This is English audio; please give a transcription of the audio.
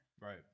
Right